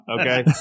okay